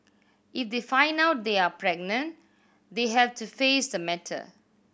if they find out they are pregnant they have to face the matter